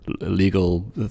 legal